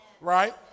right